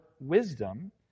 wisdom